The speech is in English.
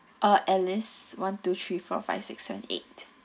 ah alice one two three four five six seven eight